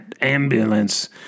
ambulance